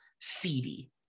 seedy